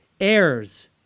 Heirs